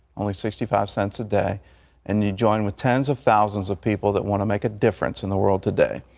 only sixty five cents a day and you join with tens of thousands of people that want to make a difference in the world today.